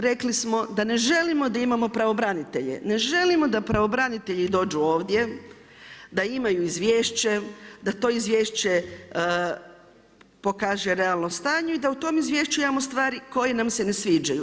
Rekli smo da ne želimo da imamo pravobranitelje, ne želimo da pravobranitelji dođu ovdje, da imaju izvješće, da to izvješće pokaže realno stanje i da u tom izvješću imamo stvari koje nam se ne sviđaju.